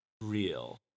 real